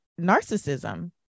narcissism